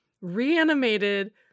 reanimated